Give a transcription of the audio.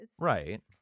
Right